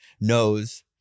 knows